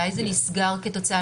אולי זה נסגר כתוצאה